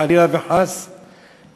חלילה וחס,